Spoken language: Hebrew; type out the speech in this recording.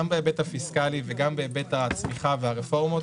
גם בהיבט הפיסקלי וגם בהיבט הצמיחה והרפורמות,